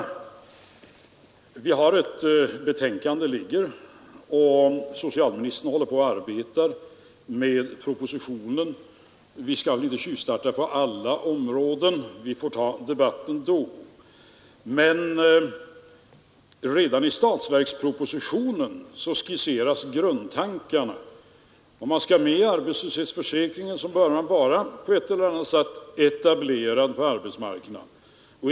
Det finns ett betänkande i denna fråga, och socialministern arbetar med propositionen. Vi skall väl inte tjuvstarta på alla områden, utan vi får ta den debatten när propositionen behandlas. Men redan i statsverkspropositionen skisseras grundtankarna. För att man skall omfattas av arbetslöshetsförsäkringen skall man på ett eller annat sätt vara etablerad på arbetsmarknaden.